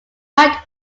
right